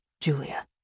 Julia